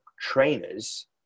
trainers